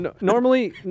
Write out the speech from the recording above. Normally-